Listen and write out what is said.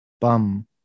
Bum